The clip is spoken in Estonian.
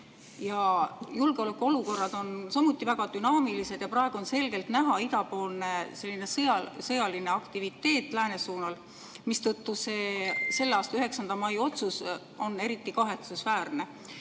Ja julgeolekuolukorrad on väga dünaamilised, praegu on selgelt näha idapoolne sõjaline aktiviteet lääne suunal, mistõttu selle aasta 9. mai otsus on eriti kahetsusväärne.